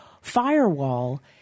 firewall